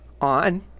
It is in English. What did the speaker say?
on